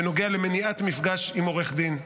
בנוגע למניעת מפגש עם עורך דין.